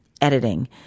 editing